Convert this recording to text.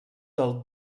del